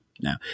Now